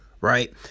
right